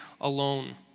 alone